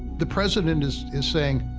the president is, is saying,